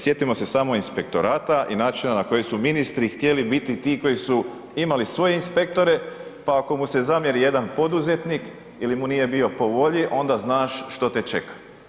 Sjetimo se samo inspektorata i načina na koji su ministri htjeli biti ti koji su imali svoje inspektore pa ako mu se zamjeri jedan poduzetnik ili mu nije bio po volji, onda znaš što te čeka.